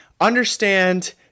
understand